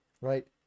right